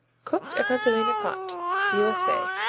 cooked, or pennsylvania pot u s a.